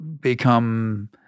become